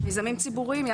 מיזמים ציבוריים.